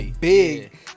big